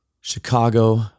Chicago